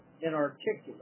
inarticulate